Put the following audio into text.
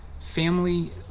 Family